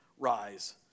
Rise